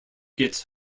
gets